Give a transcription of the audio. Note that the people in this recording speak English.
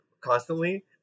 constantly